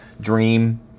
dream